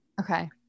Okay